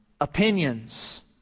opinions